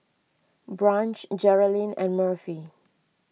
Branch Jerilyn and Murphy